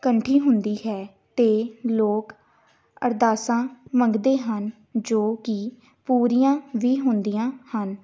ਇਕੱਠੀ ਹੁੰਦੀ ਹੈ ਅਤੇ ਲੋਕ ਅਰਦਾਸਾਂ ਮੰਗਦੇ ਹਨ ਜੋ ਕਿ ਪੂਰੀਆਂ ਵੀ ਹੁੰਦੀਆਂ ਹਨ